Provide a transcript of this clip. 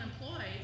unemployed